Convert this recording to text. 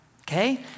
Okay